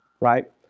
right